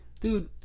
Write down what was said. Dude